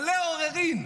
מלא עוררין.